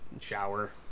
shower